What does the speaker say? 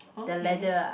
okay